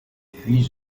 puis